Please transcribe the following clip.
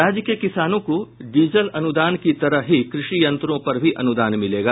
राज्य के किसानों को डीजल अनुदान की तरह ही कृषि यंत्रों पर भी अनुदान मिलेगा